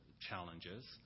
challenges